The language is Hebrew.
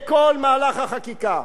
בכל מהלך החקיקה,